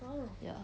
ya